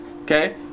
Okay